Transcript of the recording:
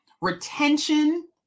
retention